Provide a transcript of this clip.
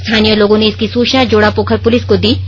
स्थानीय लोगों ने इसकी सूचना जोड़ापोखर पुलिस को दी गई